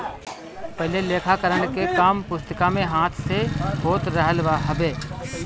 पहिले लेखाकरण के काम पुस्तिका में हाथ से होत रहल हवे